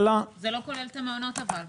זה לא כולל את המעונות, נכון?